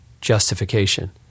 justification